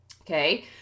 Okay